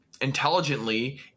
intelligently